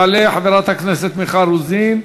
תעלה חברת הכנסת מיכל רוזין,